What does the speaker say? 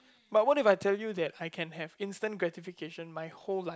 but what if I tell you that I can have instant gratification my whole life